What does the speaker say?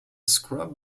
scrub